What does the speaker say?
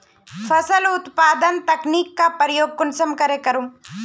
फसल उत्पादन तकनीक का प्रयोग कुंसम करे करूम?